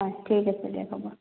হয় ঠিক আছে দিয়ক হ'ব